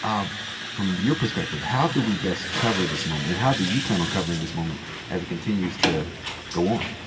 um from your perspective, how do we best cover this moment, and how do you plan on covering this moment as it continues to go on?